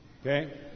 Okay